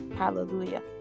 hallelujah